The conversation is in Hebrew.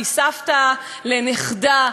מסבתא לנכדה,